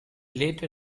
later